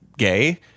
gay